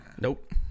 Nope